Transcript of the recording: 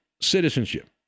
citizenship